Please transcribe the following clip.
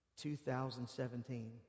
2017